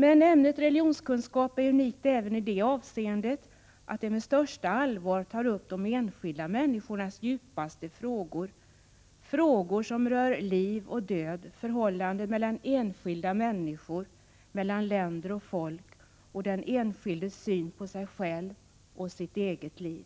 Men ämnet religionskunskap är unikt även i det avseendet att det med största allvar tar upp de enskilda människornas djupaste frågor — frågor som rör liv och död, förhållandet mellan enskilda människor, mellan länder och folk och den enskildes syn på sig själv och sitt eget liv.